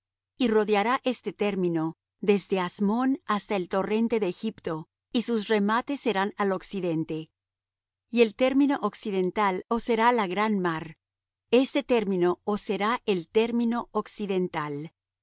y rodeará este término desde asmón hasta el torrente de egipto y sus remates serán al occidente y el término occidental os será la gran mar este término os será el término occidental